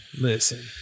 listen